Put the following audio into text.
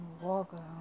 walk